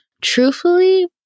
Truthfully